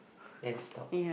and stop